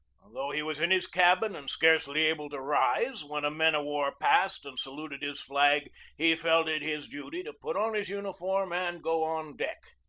though he was in his cabin and scarcely able to rise, when a man-of-war passed and saluted his flag he felt it his duty to put on his uni form and go on deck.